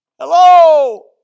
Hello